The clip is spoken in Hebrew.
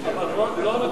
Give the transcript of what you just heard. לא רטרואקטיבי.